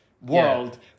world